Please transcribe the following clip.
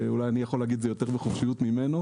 אולי אני יכול להגיד את זה יותר בחופשיות ממנו,